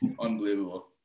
unbelievable